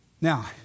Now